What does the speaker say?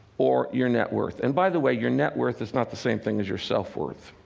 or your net worth. and, by the way, your net worth is not the same thing as your self-worth.